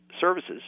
services